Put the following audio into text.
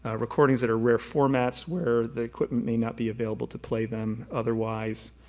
ah recordings that are rare formats where the equipment may not be available to play them otherwise.